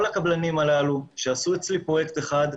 כל הקבלנים הללו שעשו אצלי פרויקט אחד,